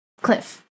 cliff